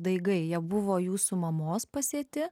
daigai jie buvo jūsų mamos pasėti